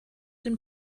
den